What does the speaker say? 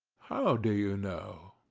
how do you know?